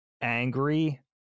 angry